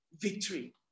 victory